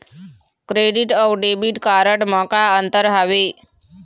Credit अऊ debit card म का अंतर हावे?